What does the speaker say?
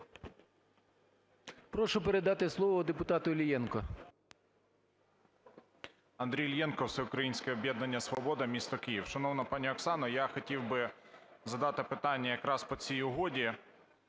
Прошу передати слово депутату Іллєнку.